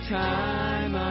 time